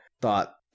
thought